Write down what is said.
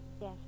Yes